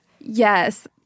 Yes